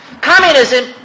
Communism